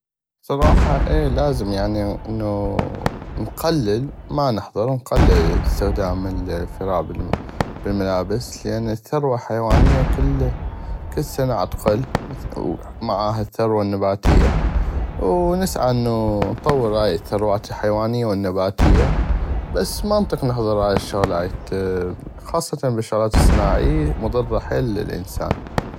بصراحة اي لازم يعني انو نقلل ما نحظر نقلل استخدام الفراء بل الملابس لان ثروة حيوانية كل سنة عتقل ومعاها الثروة النباتية ونسعى انو نطور هاي الثروات الحيوانية والنباتية بس ما نطيق نحظرة هاي الشغلاي خاصة بل الشغلات الصناعي مضرة حييل للانسان.